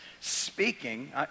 speaking